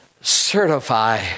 certify